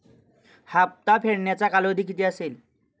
हप्ता फेडण्याचा कालावधी किती असेल?